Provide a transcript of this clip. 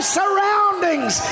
surroundings